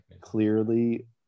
clearly